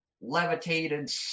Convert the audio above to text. levitated